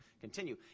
continue